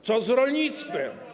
Co z rolnictwem?